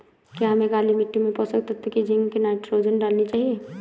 क्या हमें काली मिट्टी में पोषक तत्व की जिंक नाइट्रोजन डालनी चाहिए?